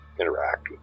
interact